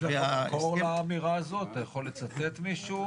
כל האמירה הזאת, אתה יכול לצטט מישהו?